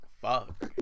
Fuck